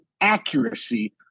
accuracy